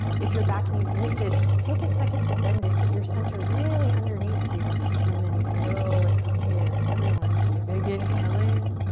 if you're back knee's lifted, take a second to bend it. get your center really underneath you and then grow it from here. everyone take a big inhale in.